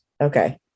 Okay